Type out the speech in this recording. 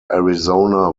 arizona